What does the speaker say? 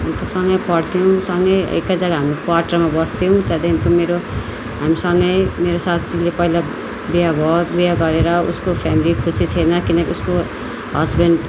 अन्त सँगै पढ्थ्यौँ सँगै एकैजगा हाम्रो क्वार्टरमा बस्थ्यौँ त्यहाँदेखि त मेरो हामीसँगै मेरो साथीले पहिला बिहा भयो बिहा भएर उसको फ्यामिली खुसी थिएन किनकि उसको हसबेन्ड